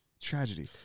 Tragedy